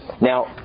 Now